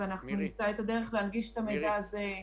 נמצא את הדרך להנגיש את המידע הזה,